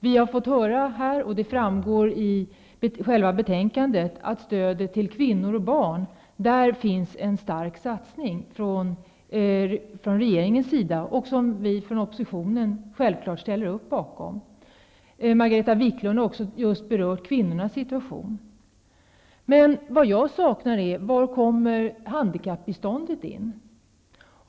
Vi har här fått höra, och det framgår av själva betänkandet, att regeringen gör en stor satsning på stödet till kvinnor och barn, något som vi från oppositionen självfallet ställer oss bakom. Margareta Viklund har just berört kvinnornas situation. Men det jag undrar är: Var kommer handikappbiståndet in?